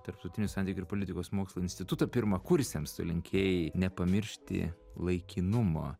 tarptautinių santykių ir politikos mokslų instituto pirmakursiams linkėjai nepamiršti laikinumo